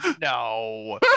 No